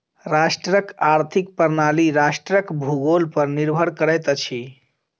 राष्ट्रक आर्थिक प्रणाली राष्ट्रक भूगोल पर निर्भर करैत अछि